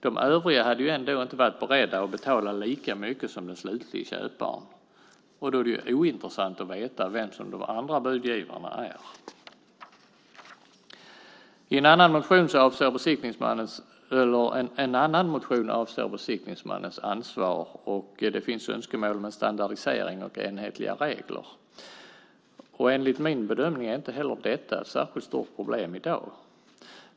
De övriga hade ju ändå inte varit beredda att betala lika mycket som den slutlige köparen och då är det ju ointressant att veta vilka de övriga budgivarna är. En annan motion avser besiktningsmannens ansvar, och det finns önskemål om standardisering och enhetliga regler. Enligt min bedömning är inte heller detta ett särskilt stort problem i dag.